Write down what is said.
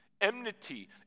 Enmity